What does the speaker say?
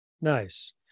Nice